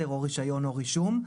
או רישיון או רישום.